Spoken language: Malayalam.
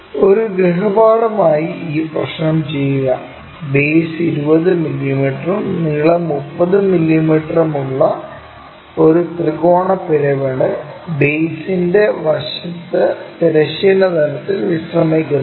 ഒരു ഗൃഹപാഠമായി ഈ പ്രശ്നം ചെയ്യുക ബേസ് 20 മില്ലീമീറ്ററും നീളം 30 മില്ലീമീറ്ററും ഉള്ള ഒരു ത്രികോണ പിരമിഡ് ബേസിൻറെ വശത്ത് തിരശ്ചീന തലത്തിൽ വിശ്രമിക്കുന്നു